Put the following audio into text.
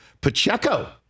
Pacheco